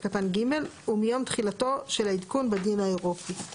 קטן (ג) ומיום תחילתו של העדכון בדין האירופי.